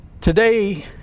today